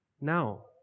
now